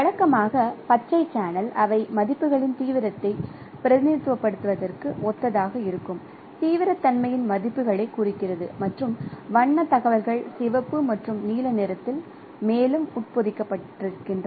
வழக்கமாக பச்சை சேனல் அவை மதிப்புகளின் தீவிரத்தை பிரதிநிதித்துவப்படுத்துவதற்கு ஒத்ததாக இருக்கும் தீவிரத்தன்மையின் மதிப்புகளைக் குறிக்கிறது மற்றும் வண்ணத் தகவல்கள் சிவப்பு மற்றும் நீல நிறத்தில் மேலும் உட்பொதிக்கப்பட்டிருக்கின்றன